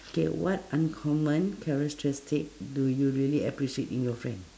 okay what uncommon characteristic do you really appreciate in your friend